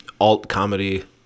alt-comedy